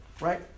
right